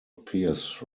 appears